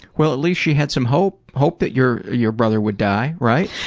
well at least she had some hope, hope that your your brother would die, right?